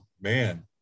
Man